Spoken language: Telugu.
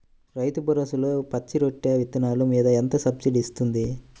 రైతు భరోసాలో పచ్చి రొట్టె విత్తనాలు మీద ఎంత సబ్సిడీ ఇస్తుంది?